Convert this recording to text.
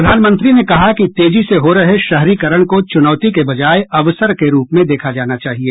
प्रधानमंत्री ने कहा कि तेजी से हो रहे शहरीकरण को चुनौती के बजाय अवसर के रूप में देखा जाना चाहिए